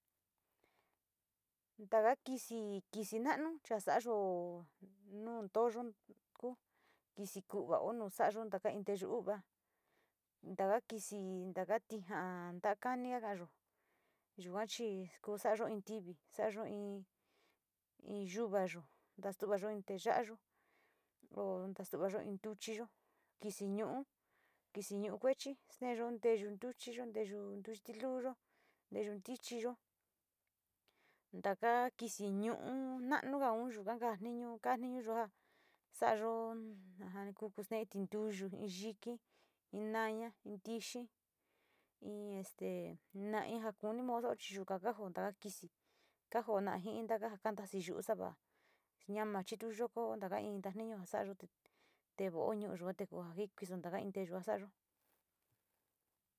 Tanga kixí kixí nanuu cha'a xa'ayó nuun toyuu kuu, kixí kuva'a uun nuxayón ndaka inte xuu va'á, ndaka kixí ndaka tinga ndankaya kayo'ó nikuachix kuu xayo'ó iin tivii xayo'ó iin iin yuu va'a yo'ó, ndaxtuyo inde yayo'ó ho nduvaxto iin nduchí yo'ó kixi ño'ó kixi ño'o kuechí teyuu ndeyu nruchí yo'ó, ndeyuu ndichi luyo'ó ndeyu tichi yo'ó ndaka kixii ño'o na'a nunga ndaga niño uka niño nga xa'a yo'ó ajan tunde tinruyu yuu iin yiki, iin naña iin tixhii iin este najinja modo yuu kakanjonda kixii kanjona njintaka tajan xiyuxa va'á ñama'a chito'o yo'ó hondaka inta niño xa'a yotó té oñoyo tengua ndikenton xuaten xón xa'a yo'ó.